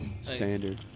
Standard